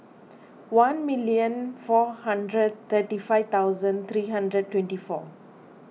one million four hundred thirty five thousand three hundred twenty four